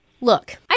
look